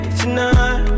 tonight